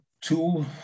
two